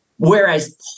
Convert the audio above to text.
Whereas